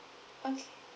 okay